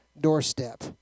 doorstep